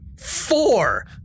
Four